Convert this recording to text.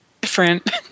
Different